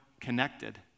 connected